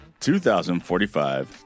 2045